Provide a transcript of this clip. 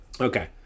Okay